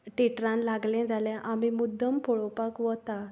टेट्रान लागलें जाल्या आमी मुद्दम पळोवपाक वता